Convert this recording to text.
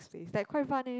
like quite fun eh